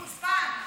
חוצפן.